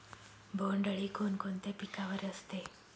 बोंडअळी कोणकोणत्या पिकावर असते?